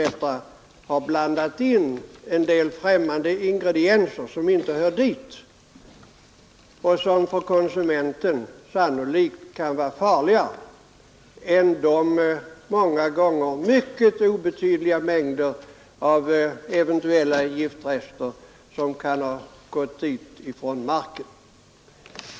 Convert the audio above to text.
ofta har blandat in en del främmande ingredienser som för konsumenten kan vara farligare än de många gånger mycket obetydliga mängder av eventuella giftrester som kan ha tillförts växterna från marken.